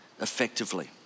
effectively